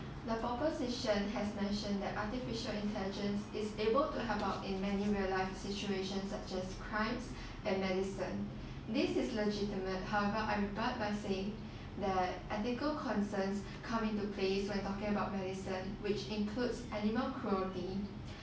the proposition has mentioned that artificial intelligence is able to help out in many real life situations such as crimes and medicine this is legitimate however I rebut by saying that ethical concerns come into place when talking about medicine which includes animal cruelty